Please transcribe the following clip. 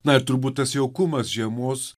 na ir turbūt tas jaukumas žiemos